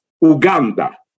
Uganda